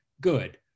Good